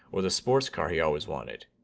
or the sports car he always wanted.